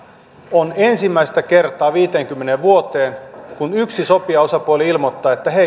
on ensimmäinen kerta viiteenkymmeneen vuoteen kun yksi sopijaosapuoli ilmoittaa että he